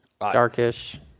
darkish